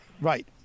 Right